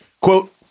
quote